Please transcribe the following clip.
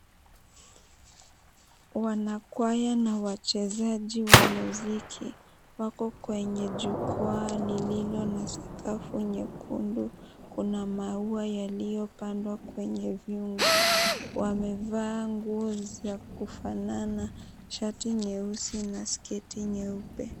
Wana kwaya na wachezaji wa muziki ,wako kwenye jukwaa lililo na sakafu nyekundu. Kuna maua yaliyo pandwa kwenye vyungu. Wamevaa nguo za kufanana, shati nyeusi na sketi nyeupe.